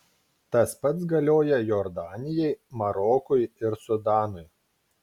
tas pats galioja jordanijai marokui ir sudanui